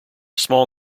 small